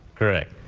correct.